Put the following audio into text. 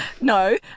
No